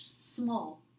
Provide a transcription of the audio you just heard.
small